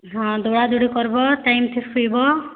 ହଁ ଦଉଡ଼ା ଦଉଡ଼ି କର୍ବ ଟାଇମ୍ଥି ଶୁଇବ